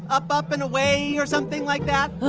up, up and away or something like that?